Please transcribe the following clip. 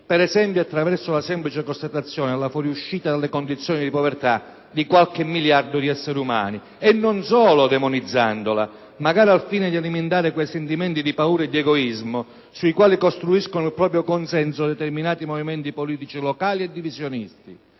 per esempio attraverso la semplice constatazione della fuoriuscita dalle condizioni di povertà di qualche miliardo di essere umani, e non solo demonizzandola, magari al fine di alimentare quei sentimenti di paura e di egoismo sui quali costruiscono il proprio consenso determinati movimenti politici locali e divisionisti.